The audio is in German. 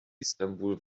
istanbul